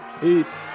Peace